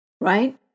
Right